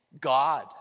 God